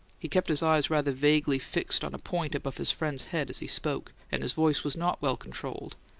he kept his eyes rather vaguely fixed on a point above his friend's head as he spoke, and his voice was not well controlled.